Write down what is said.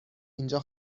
اینجا